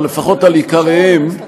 או לפחות על עיקריהם,